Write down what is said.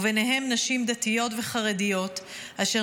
ביניהם נשים דתיות וחרדיות אשר